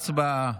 הצבעה.